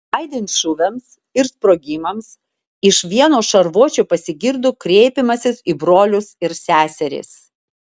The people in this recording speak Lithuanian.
aidint šūviams ir sprogimams iš vieno šarvuočio pasigirdo kreipimasis į brolius ir seseris